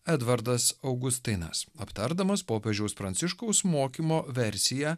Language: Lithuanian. edvardas augustinas aptardamas popiežiaus pranciškaus mokymo versiją